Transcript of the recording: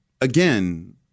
Again